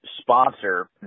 sponsor